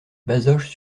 bazoches